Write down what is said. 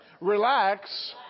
relax